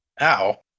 Ow